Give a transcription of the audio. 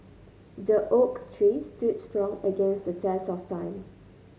the oak tree stood strong against the test of time